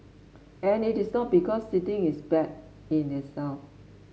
and it is not because sitting is bad in itself